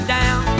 down